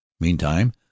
Meantime